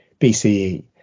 bce